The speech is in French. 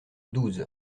douze